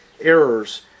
errors